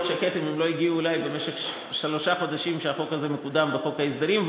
אף שהם לא הגיעו אלי במשך שלושת החודשים שהחוק הזה קודם בחוק ההסדרים,